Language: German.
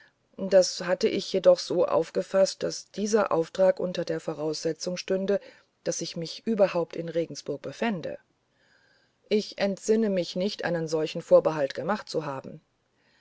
das hatte ich jedoch so aufgefaßt daß dieser auftrag unter der voraussetzung stünde daß ich mich überhaupt in regensburg befände ich entsinne mich nicht einen solchen vorbehalt gemacht zu haben